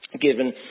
given